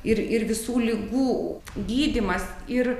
ir ir visų ligų gydymas ir